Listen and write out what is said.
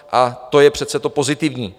A to je přece to pozitivní.